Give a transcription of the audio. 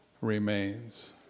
remains